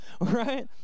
right